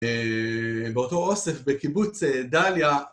באותו אוסף בקיבוץ דליה